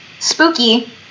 Spooky